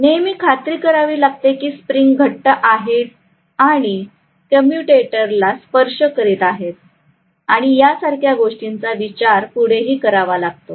नेहमी खात्री करावी लागते की स्प्रिंग घट्ट आहेत आणि कम्युटेटर ला स्पर्श करत आहेत आणि यासारख्या गोष्टींचा विचार पुढे ही करावा लागतो